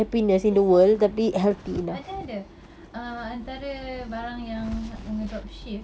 yes yes ada ada err antara barang yang angah drop ship